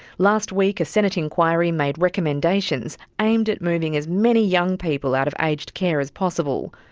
last week a senate inquiry made recommendations aimed at moving as many young people out of aged care as possible,